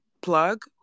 Plug